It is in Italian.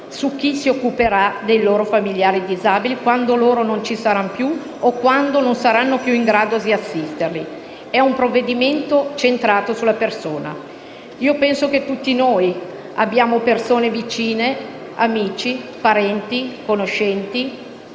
di chi si occuperà dei loro familiari disabili quando loro non ci saranno più o quando non saranno più in grado di assisterli. È un provvedimento centrato sulla persona. Io penso che tutti noi, abbiamo persone vicine, amici, parenti, conoscenti